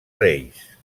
reis